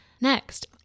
Next